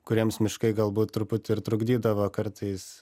kuriems miškai galbūt truputį ir trukdydavo kartais